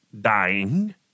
dying